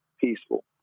peaceful